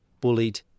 bullied